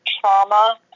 trauma